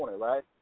right